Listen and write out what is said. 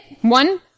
One